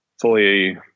fully